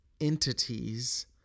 entities